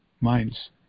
minds